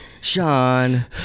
Sean